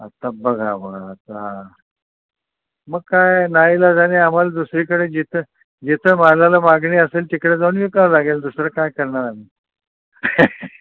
आता बघा मग आता मग काय नाईलाजाने आम्हाला दुसरीकडे जिथं जिथं मालाला मागणी असेल तिकडं जाऊन विकावं लागेल दुसरं काय करणार आम्ही